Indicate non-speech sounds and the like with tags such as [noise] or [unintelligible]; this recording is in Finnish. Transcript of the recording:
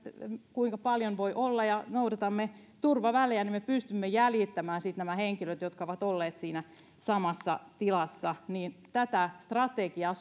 kuinka paljon voi olla ja noudatamme turvavälejä niin me pystymme jäljittämään sitten ne henkilöt jotka ovat olleet siinä samassa tilassa tätä strategiaa [unintelligible]